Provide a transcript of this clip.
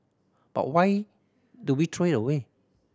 but why do we throw it away